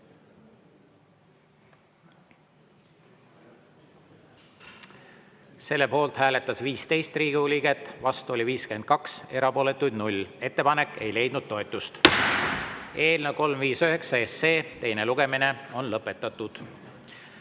Selle poolt hääletas 15 Riigikogu liiget, vastu oli 52, erapooletuid 0. Ettepanek ei leidnud toetust. Eelnõu 359 teine lugemine on lõpetatud.